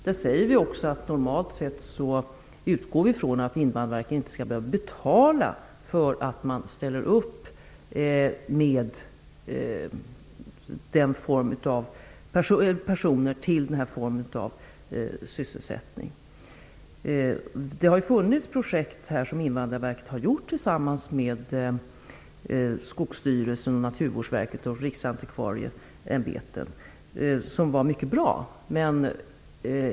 Vi utgår från att Invandrarverket normalt sett inte skall behöva betala för att man ställer upp med personer till denna form av sysselsättning. Invandrarverket har drivit projekt tillsammans med Riksantikvarieämbetet som varit mycket bra.